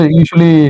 usually